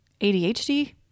ADHD